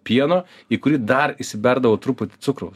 pieno į kurį dar įsiberdavau truputį cukraus